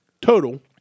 total